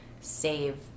save